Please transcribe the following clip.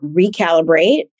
recalibrate